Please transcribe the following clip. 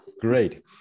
great